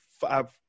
five